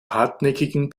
hartnäckigen